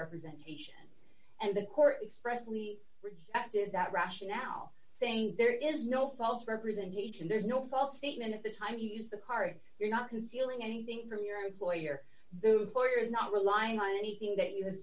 representation and the court expressly rejected that rationale saying there is no self representation there's no false statement at the time you use the card you're not concealing anything from your employer the border is not relying on anything that you ha